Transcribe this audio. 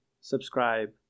subscribe